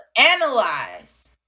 analyze